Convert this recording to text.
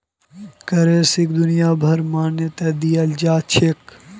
करेंसीक दुनियाभरत मान्यता दियाल जाछेक